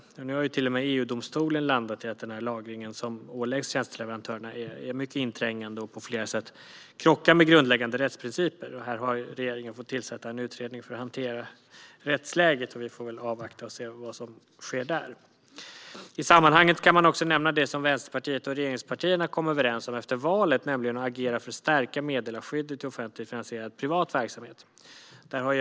Nu har till och med EU-domstolen landat i att den lagring som åläggs tjänsteleverantörerna är mycket inträngande och på flera sätt krockar med grundläggande rättsprinciper. Regeringen har fått tillsätta en utredning för att hantera rättsläget, och vi får väl avvakta och se vad som sker där. I sammanhanget kan man också nämna det som Vänsterpartiet och regeringspartierna kom överens om efter valet, nämligen att agera för att stärka meddelarskyddet i offentligt finansierad privat verksamhet.